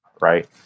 Right